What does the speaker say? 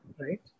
right